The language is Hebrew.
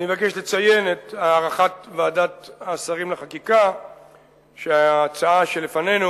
אני מבקש לציין את הערכת ועדת השרים לחקיקה שההצעה שלפנינו